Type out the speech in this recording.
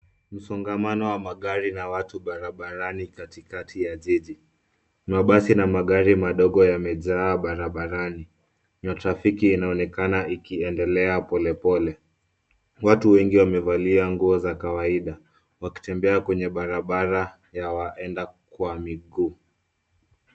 Msongamano ya magari na watu barabarani katikati ya jiji. Mabasi na magari madogo yamejaa barabarani na trafiki inaonekana ikiedelea polepole. Watu wengi wamevalia nguo za kawaida, wakitembea kwenye barabara ya waenda kwa miguu.